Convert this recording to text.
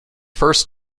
first